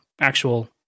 actual